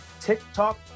TikTok